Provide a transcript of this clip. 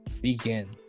begin